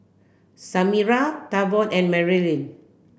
Samira Tavon and Merilyn